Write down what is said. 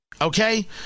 okay